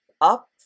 up